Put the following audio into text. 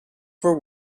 for